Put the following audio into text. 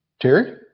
Terry